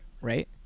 right